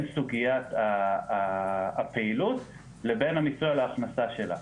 סוגיית הפעילות לבין המיסוי על ההכנסה שלה.